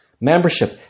Membership